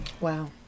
Wow